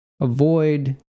avoid